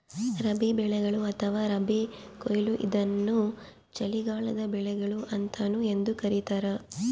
ರಬಿ ಬೆಳೆಗಳು ಅಥವಾ ರಬಿ ಕೊಯ್ಲು ಇದನ್ನು ಚಳಿಗಾಲದ ಬೆಳೆಗಳು ಅಂತಾನೂ ಎಂದೂ ಕರೀತಾರ